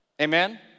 amen